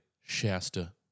Shasta